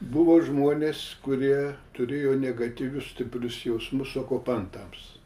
buvo žmonės kurie turėjo negatyvius stiprius jausmus okupantams